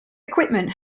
equipment